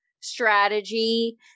strategy